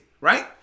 right